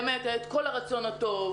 באמת היה את כל הרצון הטוב,